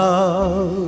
Love